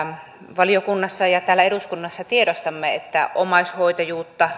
valiokunnassa ja eduskunnassa tiedostamme että omaishoitajuutta